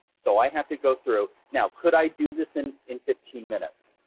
so i have to go through. now, could i do this in in fifteen minutes?